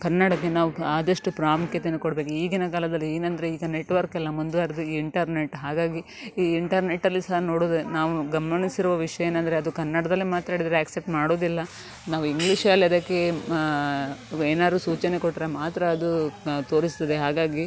ಕನ್ನಡಕ್ಕೆ ನಾವು ಆದಷ್ಟು ಪ್ರಾಮುಖ್ಯತೆಯನ್ನು ಕೊಡ್ಬೇಕು ಈಗಿನ ಕಾಲದಲ್ಲಿ ಏನಂದರೆ ಈಗ ನೆಟ್ವರ್ಕ್ಕೆಲ್ಲ ಮುಂದುವರೆದು ಇಂಟರ್ನೆಟ್ ಹಾಗಾಗಿ ಈ ಇಂಟರ್ನೆಟಲ್ಲಿ ಸಹ ನೋಡೋದು ನಾವು ಗಮನಿಸಿರುವ ವಿಷಯ ಏನಂದರೆ ಅದು ಕನ್ನಡದಲ್ಲೆ ಮಾತಾಡಿದರೆ ಆ್ಯಕ್ಸೆಪ್ಟ್ ಮಾಡೋದಿಲ್ಲ ನಾವು ಇಂಗ್ಲಿಷಲ್ಲದಕ್ಕೆ ಮ ಏನಾದ್ರು ಸೂಚನೆ ಕೊಟ್ಟರೆ ಮಾತ್ರ ಅದು ತೋರಿಸ್ತದೆ ಹಾಗಾಗಿ